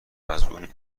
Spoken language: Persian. ازاون